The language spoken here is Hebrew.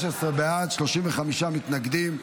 16 בעד, 35 מתנגדים.